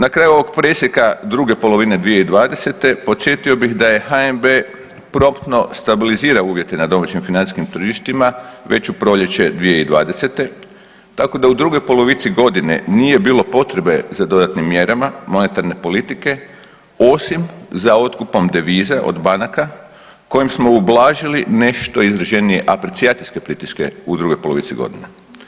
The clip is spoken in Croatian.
Na kraju ovog presjeka druge polovine 2020. podsjetio bih da HNB promptno stabilizira uvjete na domaćim financijskim tržištima već u proljeće 2020., tako da u drugoj polovici godine nije bilo potrebe za dodatnim mjerama monetarne politike osim za otkupom deviza od banaka kojim smo ublažili nešto izraženije aprecijacijske pritiske u drugoj polovici godine.